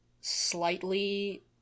slightly